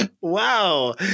wow